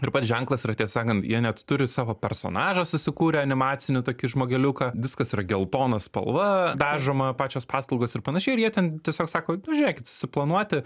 ir pats ženklas yra tiesą sakant jie net turi savo personažą susikūrė animacinį tokį žmogeliuką viskas yra geltona spalva dažoma pačios paslaugos ir panašiai ir jie ten tiesiog sako nu žiūrėkit susiplanuoti